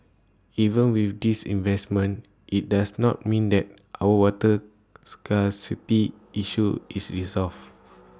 even with these investments IT does not mean that our water scarcity issue is resolved